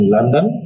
London